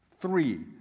Three